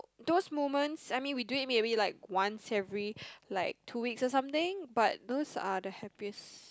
those moments I mean we do it maybe like once every like two weeks or something but those are the happiest